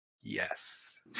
yes